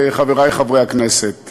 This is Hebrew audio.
חברי חברי הכנסת,